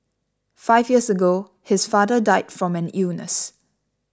five years ago his father died from an illness